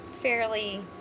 fairly